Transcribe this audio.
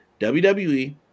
WWE